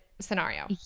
scenario